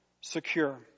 secure